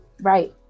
Right